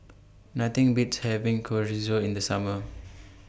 Nothing Beats having Chorizo in The Summer